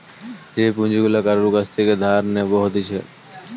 যে পুঁজি গুলা কারুর কাছ থেকে ধার নেব হতিছে